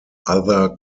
other